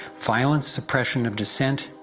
violent suppression of dissent,